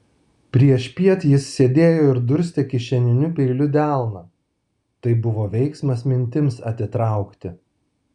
priešpiet jis sėdėjo ir durstė kišeniniu peiliu delną tai buvo veiksmas mintims atitraukti